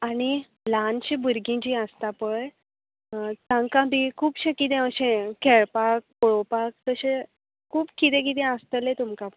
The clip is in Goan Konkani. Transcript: आनी ल्हानशी भुरगीं जी आसता पळय तांकां बी खुबशे किदें अशें खेळपाक पळोपाक तशें खूब किदें किदें आसतले तुमकां